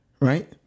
right